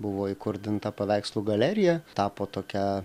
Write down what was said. buvo įkurdinta paveikslų galerija tapo tokia